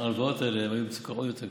ההלוואות האלה הם היו במצוקה עוד יותר קשה.